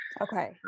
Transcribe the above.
okay